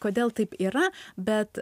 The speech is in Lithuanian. kodėl taip yra bet